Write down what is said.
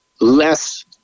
less